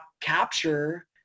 capture